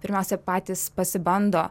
pirmiausia patys pasibando